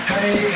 Hey